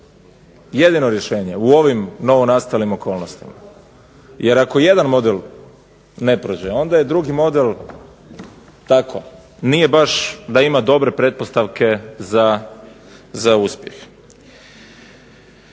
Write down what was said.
jedino rješenje u ovim novonastalim okolnostima. Jer ako jedan model ne prođe, onda je drugi model tako, nije baš da ima dobre pretpostavke za uspjeh.